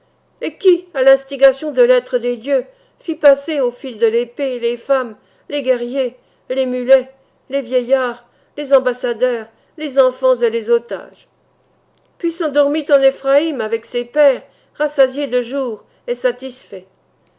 et qui à l'instigation de lêtre des dieux fit passer au fil de l'épée les femmes les guerriers les mulets les vieillards les ambassadeurs les enfants et les otages puis s'endormit en éphraïm avec ses pères rassasié de jours et satisfait